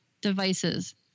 devices